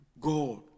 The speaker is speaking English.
god